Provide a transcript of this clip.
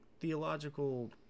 theological